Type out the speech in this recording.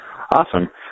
Awesome